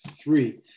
three